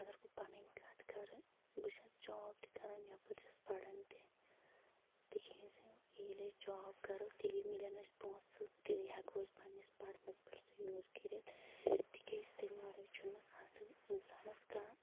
اگر بہٕ پنٕنۍ کتھ کرٕ بہٕ چھَس جاب تہِ کران یپٲرۍ چھَس پران تہِ تِکیازِ ییٚلہِ أسۍ جاب کرو تیلی مِلن اسہِ پونسہٕ تیلی ہیکو أسۍ پنٕنِس پرنس پیٹھ سُہ یوٗز کٔرِتھ تِکیازِ تمہِ ورٲے چھُ نہٕ آزٕ اِنسانس کانٛہہ